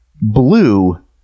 blue